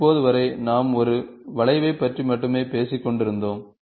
இப்போது வரை நாம் ஒரு வளைவைப் பற்றி மட்டுமே பேசிக் கொண்டிருந்தோம்